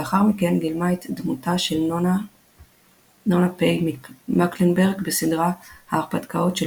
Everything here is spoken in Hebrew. לאחר מכן גילמה את דמותה של נונה פ' מקלנברג בסדרה "ההרפתקאות של